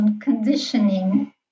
conditioning